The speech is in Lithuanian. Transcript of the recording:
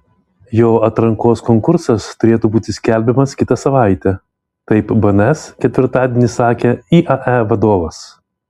jo atrankos konkursas turėtų būti skelbiamas kitą savaitę taip bns ketvirtadienį sakė iae vadovas